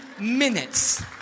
minutes